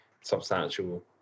substantial